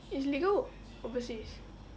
it's legal overseas